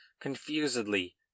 confusedly